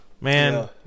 Man